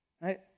right